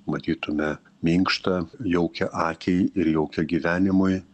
matytume minkštą jaukią akiai ir jaukią gyvenimui